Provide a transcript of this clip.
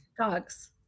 Dogs